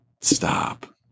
Stop